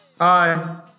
Hi